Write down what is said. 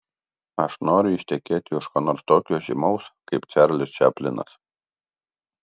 aš noriu ištekėti už ko nors tokio žymaus kaip čarlis čaplinas